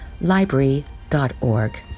library.org